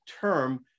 term